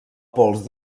pols